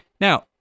Now